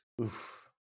Oof